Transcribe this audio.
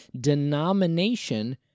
denomination